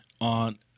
on